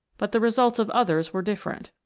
but the results of others were different.